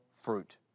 fruit